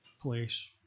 place